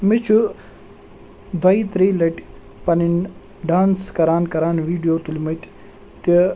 مےٚ چھُ دۄیہِ ترٛیٚیہِ لَٹہِ پَنٕنۍ ڈانٕس کَران کران ویٖڈیو تُلۍ مٕتۍ تہِ